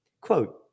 quote